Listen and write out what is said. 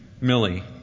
Millie